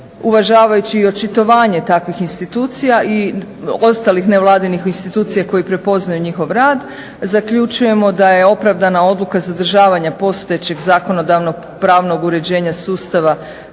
uvažavajući i očitovanje takvih institucija i ostalih nevladinih institucija koji prepoznaju njihov rad zaključujemo da je opravdana odluka zadržavanja postojećeg zakonodavnog pravnog uređenja sustava